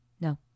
No